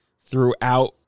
throughout